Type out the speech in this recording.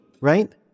right